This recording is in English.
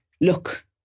look